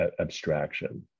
abstraction